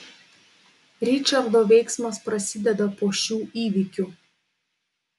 ričardo veiksmas prasideda po šių įvykių